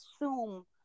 assume